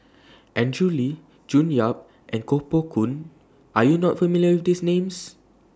Andrew Lee June Yap and Koh Poh Koon Are YOU not familiar with These Names